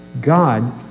God